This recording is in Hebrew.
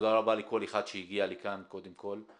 תודה רבה לכל אחד שהגיע לכאן, קודם כל.